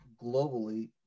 globally